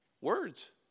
Words